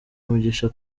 umugisha